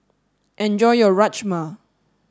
enjoy your Rajma